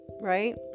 right